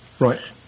Right